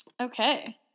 Okay